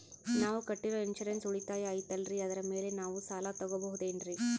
ನಾವು ಕಟ್ಟಿರೋ ಇನ್ಸೂರೆನ್ಸ್ ಉಳಿತಾಯ ಐತಾಲ್ರಿ ಅದರ ಮೇಲೆ ನಾವು ಸಾಲ ತಗೋಬಹುದೇನ್ರಿ?